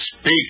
speak